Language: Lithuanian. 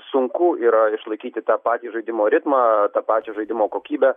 sunku yra išlaikyti tą patį žaidimo ritmą tą pačią žaidimo kokybę